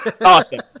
Awesome